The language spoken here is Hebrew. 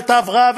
ואת ההבראה,